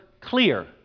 clear